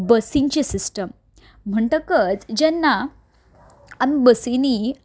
बसींची system म्हणटकच जेन्ना बसींनी